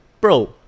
Bro